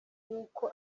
yuko